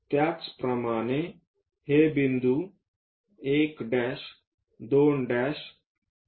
त्याचप्रमाणे हे बिंदू 1 2 3 4 आहेत